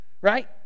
right